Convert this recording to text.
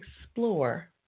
explore